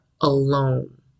alone